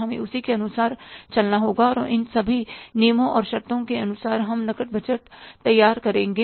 हमें उसी के अनुसार चलना होगा और इन सभी नियमों और शर्तों के अनुसार हम नकद बजट तैयार करेंगे